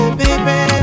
baby